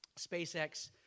SpaceX